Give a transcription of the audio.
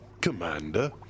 Commander